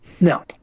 No